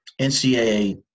NCAA